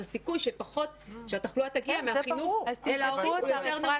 אז הסיכוי שהתחלואה תגיע מהחינוך אל ההורים הוא יותר נמוך.